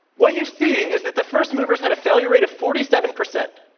what you see is that the first movers had a failure rate of forty seven percent,